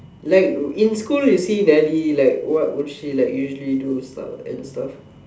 like in school you see Delly like what would she like what would she like usually and do stuff